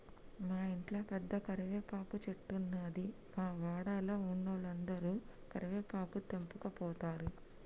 మా ఇంట్ల పెద్ద కరివేపాకు చెట్టున్నది, మా వాడల ఉన్నోలందరు కరివేపాకు తెంపకపోతారు